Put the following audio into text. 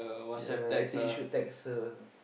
ya I think you should text her